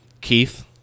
Keith